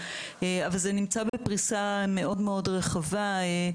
אבל זה נמצא בפריסה מאוד-מאוד רחבה.